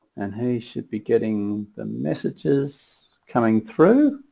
and he should be getting the messages coming through